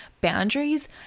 boundaries